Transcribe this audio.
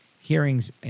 hearings